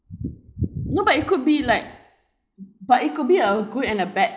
no but it could be like but it could be a good and a bad